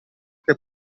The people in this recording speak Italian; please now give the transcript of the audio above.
che